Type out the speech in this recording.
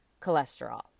cholesterol